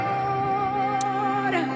Lord